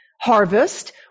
harvest